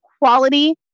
quality